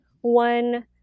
one